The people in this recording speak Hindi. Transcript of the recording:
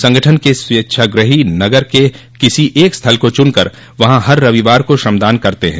संगठन के स्वेच्छाग्रही नगर के किसी एक स्थल को चुनकर वहां हर रविवार को श्रमदान करते हैं